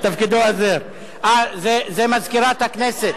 זו מזכירת הכנסת.